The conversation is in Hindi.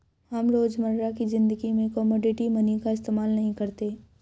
हम रोजमर्रा की ज़िंदगी में कोमोडिटी मनी का इस्तेमाल नहीं करते